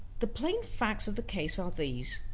the plain facts of the case are these.